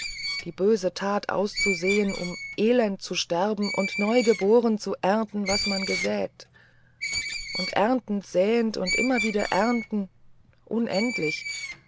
die böse tat auszusäen um elend zu sterben und neugeboren zu ernten was man gesät und erntend säen um wieder zu ernten unendlich